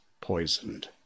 poisoned